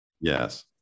Yes